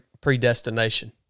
predestination